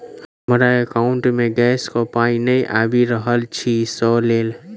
हमरा एकाउंट मे गैस केँ पाई नै आबि रहल छी सँ लेल?